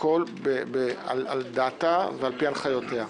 הכל על דעתה ועל פי הנחיותיה.